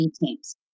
teams